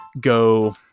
go